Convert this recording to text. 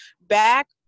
back